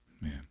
man